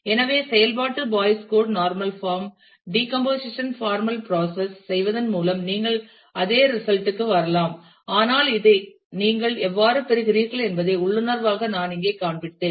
எனவே செயல்பாட்டு Boyce Codd normal form decomposition formal process செய்வதன் மூலம் நீங்கள் அதே ரிசல்ட் க்கு வரலாம் ஆனால் இதை நீங்கள் எவ்வாறு பெறுகிறீர்கள் என்பதை உள்ளுணர்வாக நான் இங்கே காண்பித்தேன்